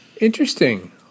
Interesting